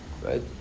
Right